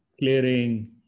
clearing